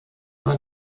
war